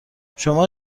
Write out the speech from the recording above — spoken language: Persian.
شما